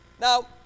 Now